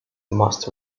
must